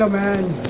man